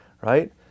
right